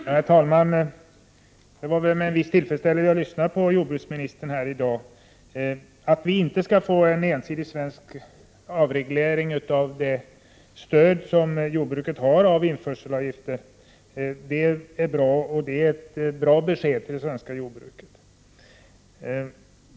Herr talman! Det var med en viss tillfredsställelse jag lyssnade på jordbruksministern här i dag. Att vi inte skall få en ensidig svensk avreglering av det stöd som jordbruket har av införselavgifter är ett bra besked till det svenska jordbruket.